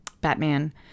Batman